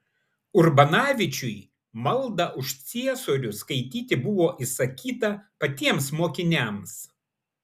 urbanavičiui maldą už ciesorių skaityti buvo įsakyta patiems mokiniams